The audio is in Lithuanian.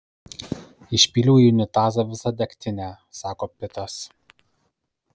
išpyliau į unitazą visą degtinę sako pitas